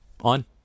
on